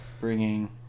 bringing